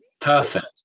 perfect